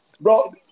Bro